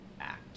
act